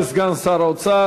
תודה לסגן שר האוצר.